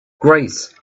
grace